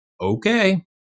okay